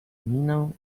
minę